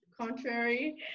contrary